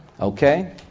Okay